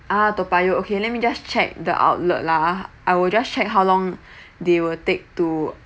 ah toa payoh okay let me just check the outlet lah ah I will just check how long they will take to